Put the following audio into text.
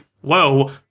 Whoa